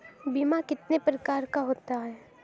बीमा कितने प्रकार के होते हैं?